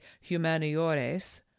humaniores